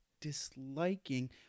disliking